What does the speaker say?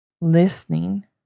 listening